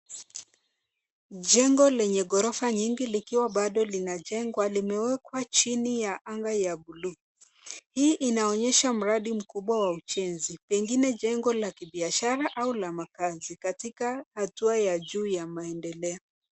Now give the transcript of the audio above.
Jengo lenye ghorofa nyingi likiwa bado linajengwa. Limewekwa chini ya anga ya bluu. Hii inaonyesha mradi mkubwa wa ujenzi pengine jengo la kibiashara au la makazi katika hatua ya juu ya maendeleo.